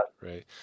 Right